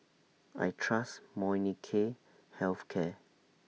I Trust Molnylcke Health Care